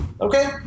Okay